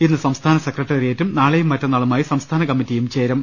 ഇന്ന് സംസ്ഥാന സെക്രട്ടേറിയറ്റും നാളെയും മറ്റന്നാളുമായി സംസ്ഥാന കമ്മി റ്റിയും ചേരും